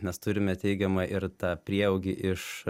mes turime teigiamą ir tą prieaugį iš